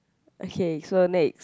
okay so next